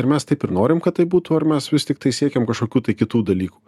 ar mes taip ir norim kad taip būtų ar mes vis tiktai siekiam kažkokių tai kitų dalykų